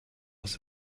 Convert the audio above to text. leurs